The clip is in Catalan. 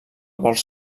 vols